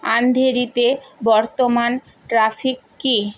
অন্ধেরিতে বর্তমান ট্রাফিক কী